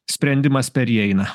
sprendimas per jį eina